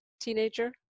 teenager